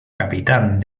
capitán